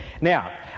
Now